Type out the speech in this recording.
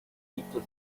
emitted